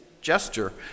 gesture